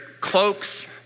cloaks